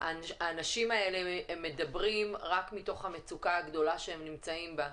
האנשים האלה מדברים רק מתוך המצוקה הגדולה שהם נמצאים בה,